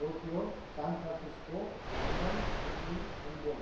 Tokyo San Francisco London Sydney Melbourne